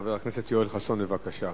חבר הכנסת יואל חסון, בבקשה.